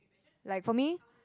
like for me